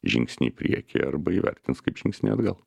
žingsnį į priekį arba įvertins kaip žingsnį atgal